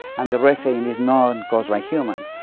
and the rest saying is not caused by human.